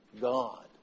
God